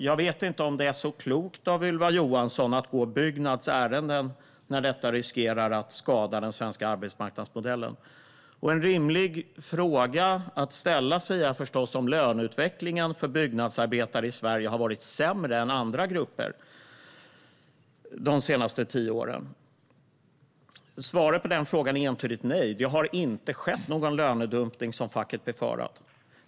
Jag vet inte om det är så klokt av Ylva Johansson att gå Byggnads ärenden när detta riskerar att skada den svenska arbetsmarknadsmodellen. En rimlig fråga att ställa sig är om löneutvecklingen för byggnadsarbetare i Sverige har varit sämre än för andra grupper de senaste tio åren. Och svaret på den frågan är entydigt nej: Det har inte skett någon lönedumpning, vilket facket hade befarat.